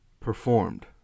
performed